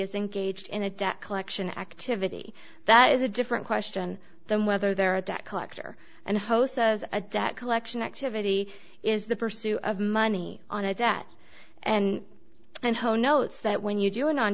is engaged in a debt collection activity that is a different question than whether they're a debt collector and host says a debt collection activity is the pursuit of money on a debt and and hoa notes that when you do a non